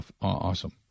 awesome